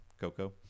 Coco